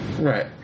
Right